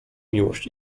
miłość